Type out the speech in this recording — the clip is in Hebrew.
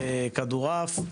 כדורעף,